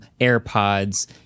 AirPods